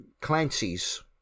Clancy's